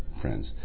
friends